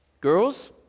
Girls